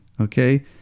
okay